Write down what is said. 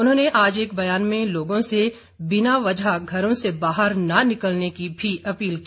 उन्होंने आज एक बयान में लोगों से बिना वजह घरों से बाहर न निकलने की भी अपील की